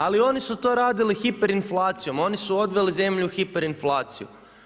Ali oni su to radili hiperinflacijom, oni su odveli zemlju u hiperinflaciju.